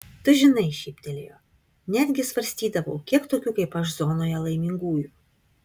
tu žinai šyptelėjo netgi svarstydavau kiek tokių kaip aš zonoje laimingųjų